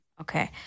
Okay